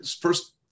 First